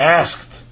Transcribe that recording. asked